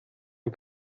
ein